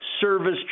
service